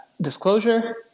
disclosure